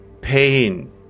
pain